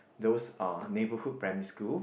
those uh neighbourhood primary school